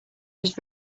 his